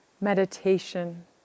Meditation